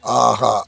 ஆஹா